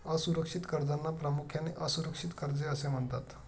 असुरक्षित कर्जांना प्रामुख्याने असुरक्षित कर्जे असे म्हणतात